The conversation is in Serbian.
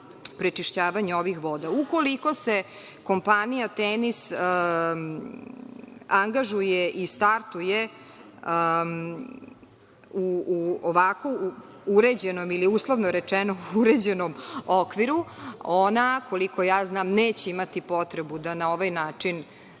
prečišćavanje ovih voda. Ukoliko se kompanija „Tenis“ angažuje i startuje u ovako uređenom ili uslovno rečeno uređenom okviru, ona, koliko ja znam neće imati potrebu da na ovaj način